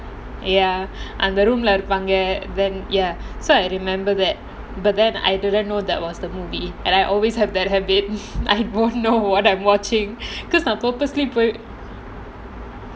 ya அந்த:andha room leh இருப்பாங்க:irupaanga ya so I remember that but then I didn't know that was the movie and I always have that habit I don't know what I'm watching because I'll purposely put